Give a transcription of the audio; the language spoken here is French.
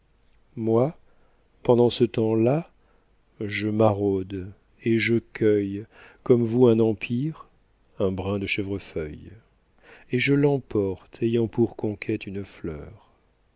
moi pendant ce temps-là je maraude et je cueille comme vous un empire un brin de chèvrefeuille et je l'emporte ayant pour conquête une fleur